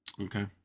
okay